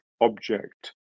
object